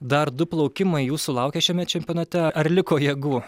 dar du plaukimai jūsų laukia šiame čempionate ar liko jėgų